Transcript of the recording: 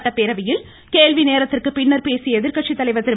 சட்டப்போவையில் கேள்வி நேரத்திற்கு பின்னா் பேசிய எதிா்கட்சி கலைவர் திரு